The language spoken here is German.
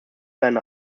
seine